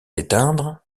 éteindre